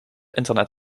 internet